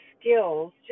skills